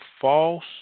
false